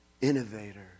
Innovator